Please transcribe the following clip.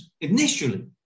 initially